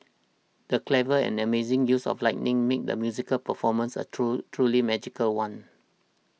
the clever and amazing use of lighting made the musical performance a true truly magical one